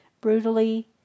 brutally